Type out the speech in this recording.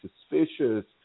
suspicious